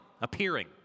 appearing